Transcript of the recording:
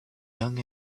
young